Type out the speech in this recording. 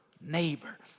neighbor